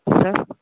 sir